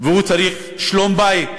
והוא צריך שלום בית.